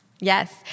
Yes